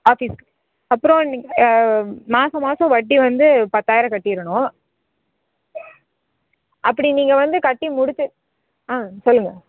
ஆபிஸ்க்கு அப்புறோம் நீங்கள் மாதம் மாதம் வட்டி வந்து பத்தாயிரம் கட்டிடணும் அப்படி நீங்கள் வந்து கட்டி முடிச்சு ஆ சொல்லுங்கள்